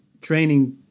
training